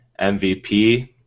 MVP